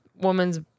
woman's